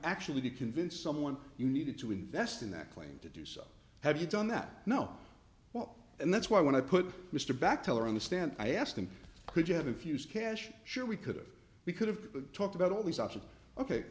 actually to convince someone you needed to invest in that claim to do so have you done that no well and that's why when i put mr back teller on the stand i asked him could you have infused cash sure we could have we could have talked about al